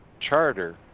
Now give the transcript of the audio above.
Charter